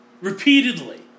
repeatedly